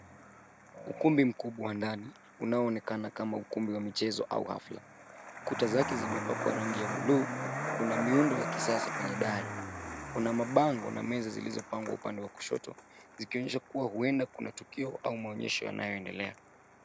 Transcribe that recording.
Ukumbi mkubwa wa ndani, unaonekana kama ukumbi wa michezo au hafla. Kuta zake zimepakwa rangi ya buluu, kuna miundo ya kisasa kwenye dari. Kuna mabango na meza zilizopangwa upande wa kushoto, zikionyesha kuwa huenda kuna tukio au maonyesho yanayo endelea.